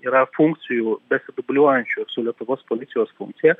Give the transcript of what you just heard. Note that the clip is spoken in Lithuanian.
yra funkcijų besidubliuojančių su lietuvos policijos funkcija